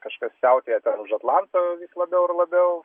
kažkas siautėja už atlanto vis labiau ir labiau